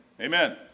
Amen